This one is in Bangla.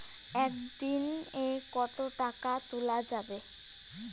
একদিন এ কতো টাকা তুলা যাবে?